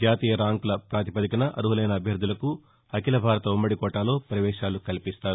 జాతీయ ర్యాంకుల పాతిపదికన అర్వులైన అభ్యర్థలకు అఖిల భారత ఉమ్మది కోటాలో పవేశాలు కల్పిస్తారు